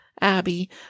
Abby